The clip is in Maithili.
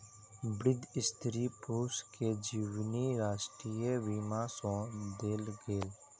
वृद्ध स्त्री पुरुष के जीवनी राष्ट्रीय बीमा सँ देल गेल